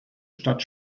stadt